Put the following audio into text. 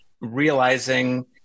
realizing